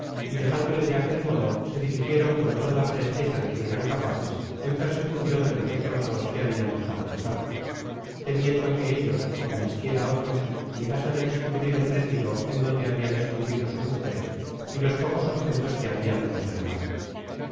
y dejándole de aquel modo se dirigieron con toda la presteza de que eran capaces en persecucion de los otros dos que habian dejado pasar temiendo que ellos ó cualesquiera otros llegasen á descubrir el retiro en donde habian escondido sus mujeres y los pocos objetos que habian